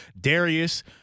Darius